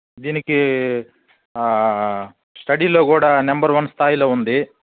దీనికి స్టడీలో కూడా నెంబర్ వన్ స్థాయిలో ఉంది